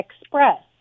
Express